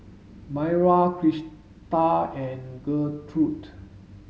Mayra Krista and Gertrude